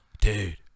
dude